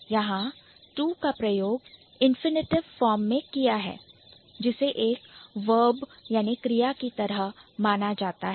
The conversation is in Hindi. यहां 'to' का प्रयोग infinitive form इंफिनिटिव फॉर्म में है जिसे एक Verb क्रिया की तरह माना जाता है